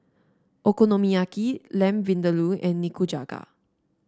Okonomiyaki Lamb Vindaloo and Nikujaga